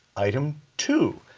item two,